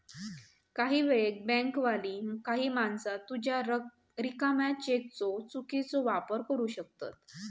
काही वेळेक बँकवाली काही माणसा तुझ्या रिकाम्या चेकचो चुकीचो वापर करू शकतत